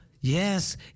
yes